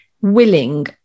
willing